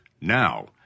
Now